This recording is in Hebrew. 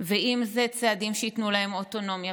ואם זה צעדים שייתנו להם אוטונומיה